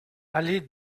allée